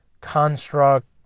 construct